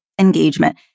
engagement